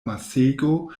masego